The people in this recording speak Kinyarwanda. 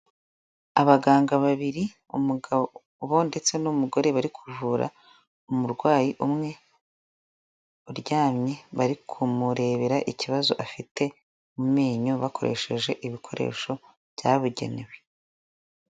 Abaganga babiri umugabo ndetse n'umugore bari kuvura umurwayi umwe uryamye, bari kumurebera ikibazo afite mu menyo bakoresheje ibikoresho byabugenewe.